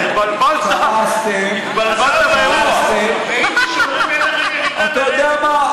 התבלבלת, אתה יודע מה?